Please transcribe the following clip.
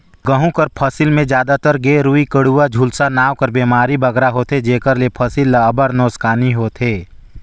गहूँ कर फसिल में जादातर गेरूई, कंडुवा, झुलसा नांव कर बेमारी बगरा होथे जेकर ले फसिल ल अब्बड़ नोसकानी होथे